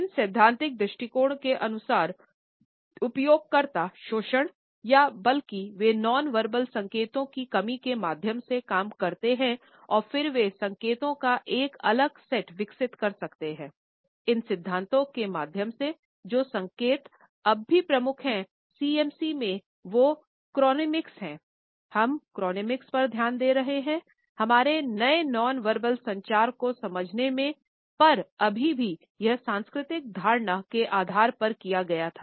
इन सैद्धांतिक दृष्टिकोण के अनुसार उपयोग कर्ता शोषण या बल्कि वे नॉन वर्बल संचार को समझने में पर अभी भी यह सांस्कृतिक धारणा के आधार पर किया गया था